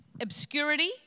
obscurity